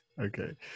Okay